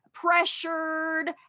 pressured